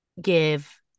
give